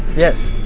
yes.